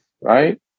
right